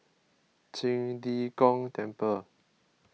Qing De Gong Temple